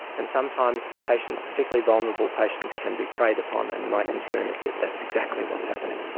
and sometimes patients, particularly vulnerable patients, can be preyed upon. and my concern is that that's exactly what's happening.